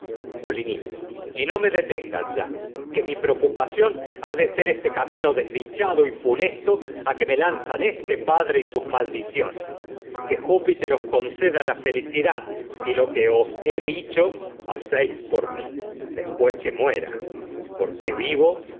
y ción ha no me detengas ya que mi preocupa desdichado y funesto a que de ser este camino me lanzan este padre y sus maldiciones que júpiter os os conceda la felicidad si lo que he dicho hacéis por mí no me después que muera porque y vivo